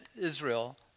Israel